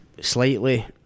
slightly